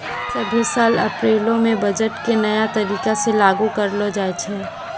सभ्भे साल अप्रैलो मे बजट के नया तरीका से लागू करलो जाय छै